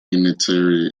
unitary